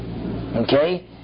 Okay